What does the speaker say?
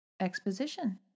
exposition